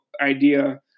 idea